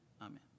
Amen